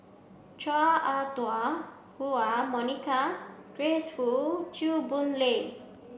Chua Ah Huwa Monica Grace Fu Chew Boon Lay